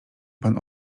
pan